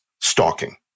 stalking